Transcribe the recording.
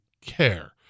care